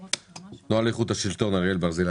התנועה לאיכות השלטון, אריאל ברזילי,